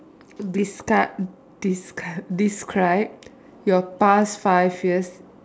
descri~ describe describe your past five years